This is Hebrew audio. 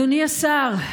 אדוני השר,